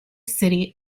city